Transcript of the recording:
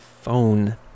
phone